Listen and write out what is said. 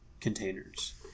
containers